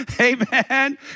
Amen